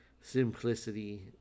simplicity